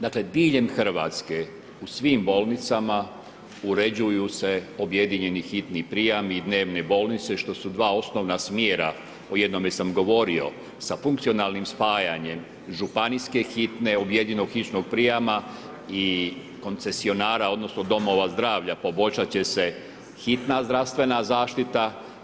Dakle diljem Hrvatske u svim bolnicama uređuju se objedinjeni hitni prijemi i dnevne bolnice, što su dva osnovna smjera, o jednome sam govorio, sa funkcionalnim spajanjem županijske hitne … hitnog prijama i koncesionara, odnosno domova zdravlja poboljšat će se hitna zdravstvena zaštita.